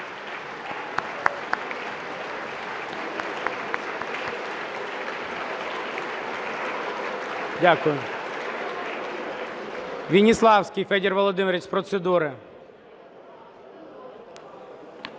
Дякую. Веніславський Федір Володимирович з процедури.